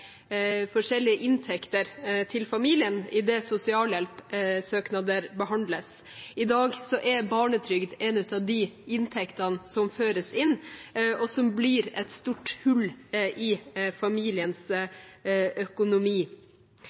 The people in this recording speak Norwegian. inntekter til familien idet sosialhjelpsøknader behandles. I dag er barnetrygd en av de inntektene som føres inn, og som blir et stort hull i familiens økonomi.